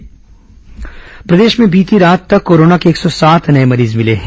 corona मरीज प्रदेश में बीती रात तक कोरोना के एक सौ सात नये मरीज मिले हैं